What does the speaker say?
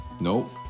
nope